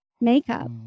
makeup